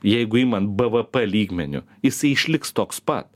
jeigu imant bvp lygmeniu jisai išliks toks pat